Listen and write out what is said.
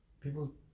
People